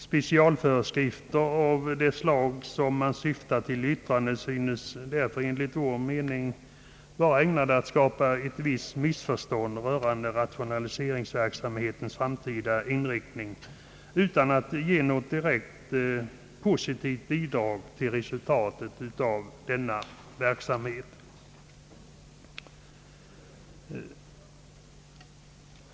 Specialföreskrifter av det slag som man syftar till i yttrandet synes därför enligt vår mening vara ägnade att skapa ett visst missförstånd rörande rationaliseringsverksamhetens framtida inriktning utan att ge något direkt positivt bidrag till resultatet av denna verksamhet.